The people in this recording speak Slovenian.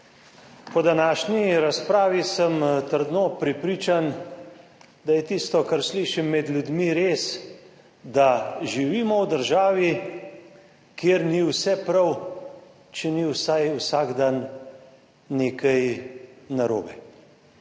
Po današnji razpravi sem trdno prepričan, da je tisto, kar slišim med ljudmi, res, da živimo v državi, kjer ni vse prav, če ni vsaj vsak dan nekaj narobe.